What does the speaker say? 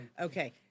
Okay